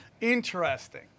Interesting